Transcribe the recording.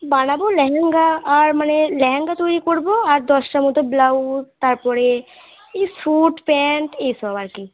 বানাবো লেহেঙ্গা আর মানে লেহেঙ্গা তৈরি করবো আর দশটা মতো ব্লাউজ তারপরে এই স্যুট প্যান্ট এই সব আর কি